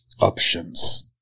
options